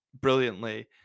brilliantly